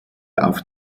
auf